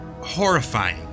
horrifying